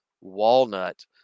walnut